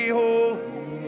holy